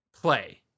play